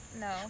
no